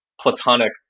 platonic